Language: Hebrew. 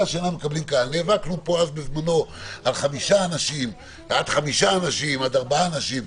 נאבקנו פה על חמישה אנשים, עד ארבעה אנשים.